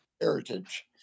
heritage